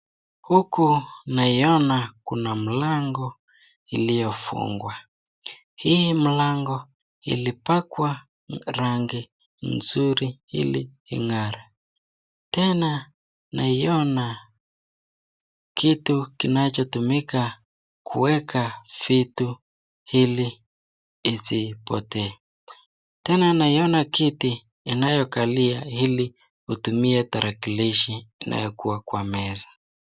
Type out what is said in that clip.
Huku naiyona kuna mlango iliyofungwa hii mlango hii mlango ilipakwa rangi nzuri hili ingare, tena naiina a kitu kinachotumika kuweka vitu hili isipotee tene naiyona kiti inayokalia hili utumie darakilishi inayokuwa kwa meza.